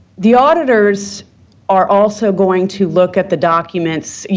the auditors are also going to look at the document's, you